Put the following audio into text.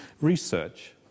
Research